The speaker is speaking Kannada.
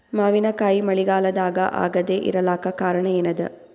ಮಾವಿನಕಾಯಿ ಮಳಿಗಾಲದಾಗ ಆಗದೆ ಇರಲಾಕ ಕಾರಣ ಏನದ?